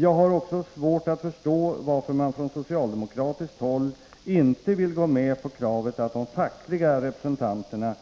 Jag har också svårt att förstå varför man från socialdemokratiskt håll inte vill gå med på kravet att de fackliga representanterna